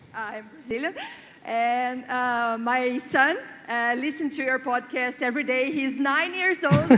zillow and my son listened to your podcast every day. he's nine years old.